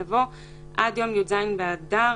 יבוא "עד יום יז' באדר,